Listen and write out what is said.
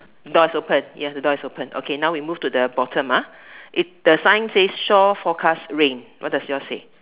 door's open yes the door is open okay now we move to the bottom the sign says shore forecast rain what does yours say